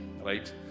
right